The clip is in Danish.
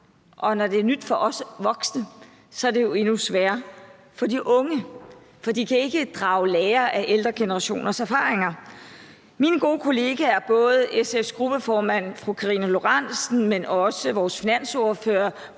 og når det er nyt for os voksne, er det jo endnu sværere for de unge, for de kan ikke drage lære af ældre generationers erfaringer. Mine gode kollegaer, både SF's gruppeformand, fru Karina Lorentzen Dehnhardt, men også vores finansordfører,